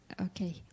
Okay